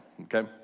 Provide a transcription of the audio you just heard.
okay